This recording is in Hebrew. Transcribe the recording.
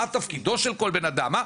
מה תפקידו של כל בן אדם.